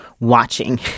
watching